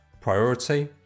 priority